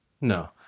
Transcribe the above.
No